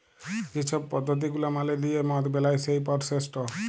যে ছব পদ্ধতি গুলা মালে লিঁয়ে মদ বেলায় সেই পরসেসট